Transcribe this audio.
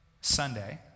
Sunday